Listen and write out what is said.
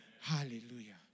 Hallelujah